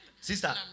Sister